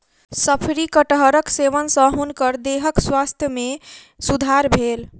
शफरी कटहरक सेवन सॅ हुनकर देहक स्वास्थ्य में सुधार भेल